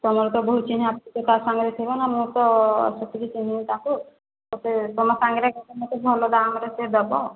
ତୁମର ତ ବହୁତ ଚିହ୍ନା ପରିଚୟ ତା ସାଙ୍ଗରେ ଥିବ ନା ମୁଁ ତ ସେତିକି ଚିହ୍ନିନି ତାକୁ ତ ସେ ତୁମ ସାଙ୍ଗରେ ଗଲେ ମତେ ଭଲ ଦାମରେ ସେ ଦେବ